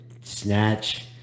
Snatch